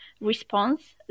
response